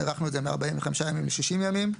הארכנו את זה מ-45 ימים ל-60 ימים.